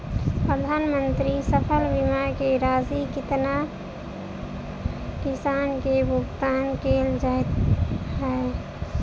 प्रधानमंत्री फसल बीमा की राशि केतना किसान केँ भुगतान केल जाइत है?